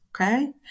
Okay